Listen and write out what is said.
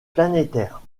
planétaire